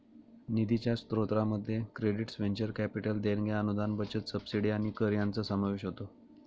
निधीच्या स्त्रोतांमध्ये credits venture capital देणग्या अनुदान बचत सबसिडी आणि कर यांचा समावेश होतो